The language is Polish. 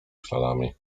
śladami